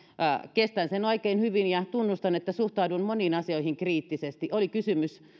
kestän sen oikein hyvin ja tunnustan että suhtaudun moniin asioihin kriittisesti oli kysymys